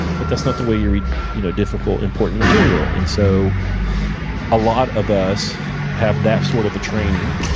but that's not the way you read you know difficult important material. and so a lot of us have that sort of a training,